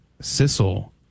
Sissel